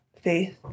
faith